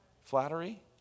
flattery